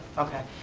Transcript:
okay,